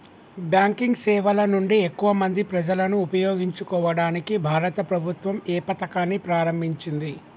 Banking సేవల నుండి ఎక్కువ మంది ప్రజలను ఉపయోగించుకోవడానికి భారత ప్రభుత్వం ఏ పథకాన్ని ప్రారంభించింది?